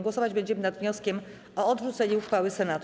Głosować będziemy nad wnioskiem o odrzucenie uchwały Senatu.